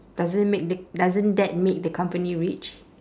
doesn't make the doesn't that make the company rich